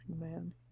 man